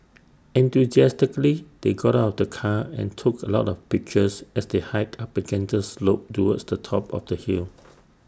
enthusiastically they got out of the car and took A lot of pictures as they hiked up A gentle slope towards the top of the hill